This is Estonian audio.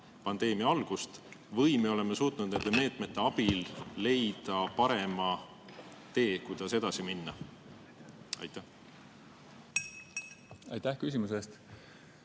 koroonapandeemia algust või me oleme suutnud nende meetmete abil leida parema tee, kuidas edasi minna? Aitäh küsimuse eest!